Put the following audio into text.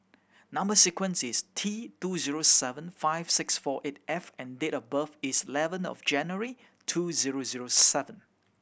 number sequence is T two zero seven five six four eight F and date of birth is eleven of January two zero zero seven